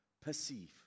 perceive